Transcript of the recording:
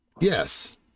Yes